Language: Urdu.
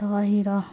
تھاہیرا